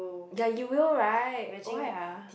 ya you will right why ah